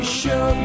show